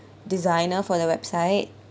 designer for their website